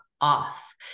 off